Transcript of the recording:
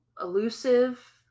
elusive